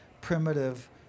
primitive